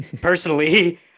personally